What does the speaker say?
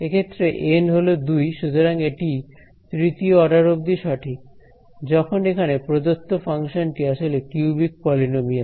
এক্ষেত্রে এন হল 2 সুতরাং এটি তৃতীয় অর্ডার অব্দি সঠিক যখন এখানে প্রদত্ত ফাংশন টি আসলে কিউবিক পলিনোমিয়াল